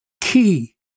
key